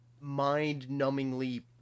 mind-numbingly